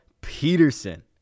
Peterson